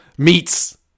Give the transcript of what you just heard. Meats